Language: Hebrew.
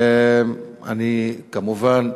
כמובן,